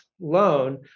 loan